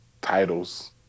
titles